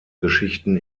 geschichten